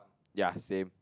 ya same